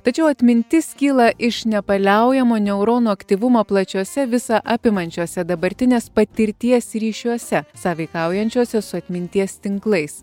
tačiau atmintis kyla iš nepaliaujamo neuronų aktyvumo plačiose visa apimančiose dabartinės patirties ryšiuose sąveikaujančiose su atminties tinklais